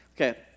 Okay